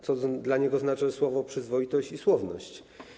Co dla niego znaczą słowa „przyzwoitość” i „słowność”